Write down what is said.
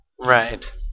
right